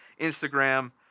Instagram